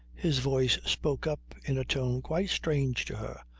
his voice spoke up in a tone quite strange to her.